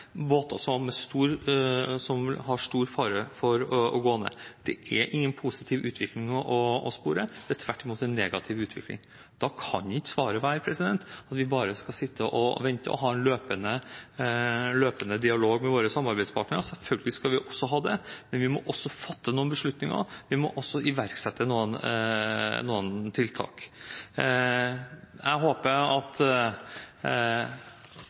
båter som det er stor fare for vil gå ned. Det er ingen positiv utvikling å spore, det er tvert imot en negativ utvikling. Da kan ikke svaret være at vi bare skal sitte og vente og ha en løpende dialog med våre samarbeidspartnere. Selvfølgelig skal vi ha det, men vi må også fatte noen beslutninger, og vi må iverksette noen tiltak. Jeg håper at